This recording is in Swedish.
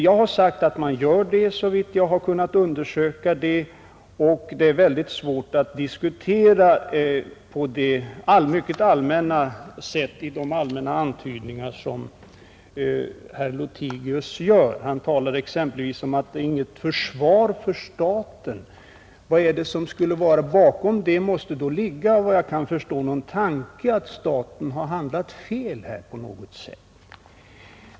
Jag har sagt att man gör det, såvitt jag har kunnat undersöka den saken, men det är mycket svårt att diskutera frågan på grundval av de mycket allmänna antydningar som herr Lothigius gör. Han talar exempelvis om att det inte finns något försvar för staten, men vad är det som ligger bakom det påståendet? Bakom det måste då, såvitt jag kan förstå, ligga någon tanke, att staten har handlat fel på något sätt.